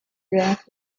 breath